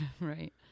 Right